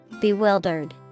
Bewildered